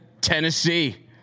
Tennessee